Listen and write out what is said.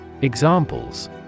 Examples